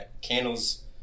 candles